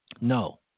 no